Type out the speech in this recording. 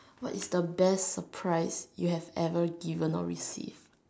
what is the best surprise you have ever given or received